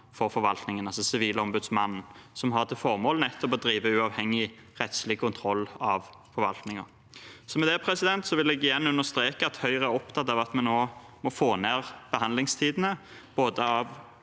for forvaltningen, altså Sivilombudet, som har til formål nettopp å drive uavhengig rettslig kontroll av forvaltningen. Med det vil jeg igjen understreke at Høyre er opptatt av at vi nå må få ned behandlingstidene for både